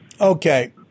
okay